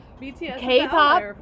K-pop